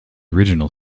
original